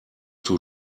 too